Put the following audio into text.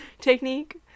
technique